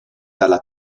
dalla